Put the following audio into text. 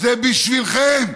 זה בשבילכם,